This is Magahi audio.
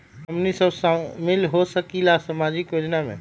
का हमनी साब शामिल होसकीला सामाजिक योजना मे?